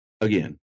again